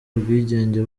ubwigenge